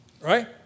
Right